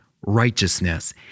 righteousness